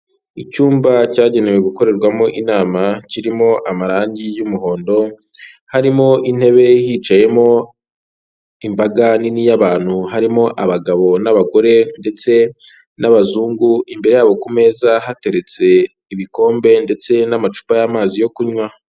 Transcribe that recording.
Icyumba cyagenewe gukorerwamo inama kirimo amarangi y'umuhondo harimo intebe hicayemo imbaga nini y'abantu, harimo abagabo n'abagore ndetse n'abazungu imbere yabo ku meza hateretse ibikombe ndetse n'amacupa y'amazi yo kunywa.